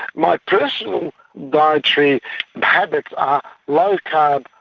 my personal dietary habits are low carb,